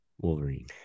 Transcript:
Wolverine